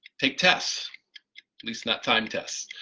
take tests. at least not time tests.